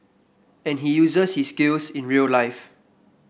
and he uses his skills in real life